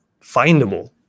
findable